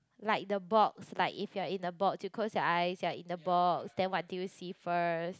like the box like if you are in a box you close your eyes you are in a box then what do you see first